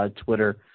Twitter